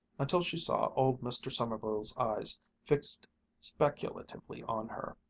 until she saw old mr. sommerville's eyes fixed speculatively on her.